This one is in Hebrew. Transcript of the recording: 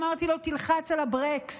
אמרתי לו: תלחץ על הברקס,